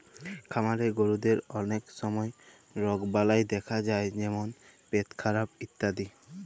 খামারের গরুদের অলক সময় রগবালাই দ্যাখা যায় যেমল পেটখারাপ ইত্যাদি